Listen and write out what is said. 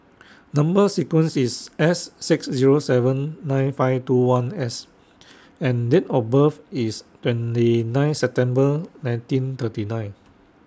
Number sequence IS S six Zero seven nine five two one S and Date of birth IS twenty nine September nineteen thirty nine